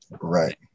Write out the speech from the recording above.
Right